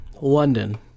London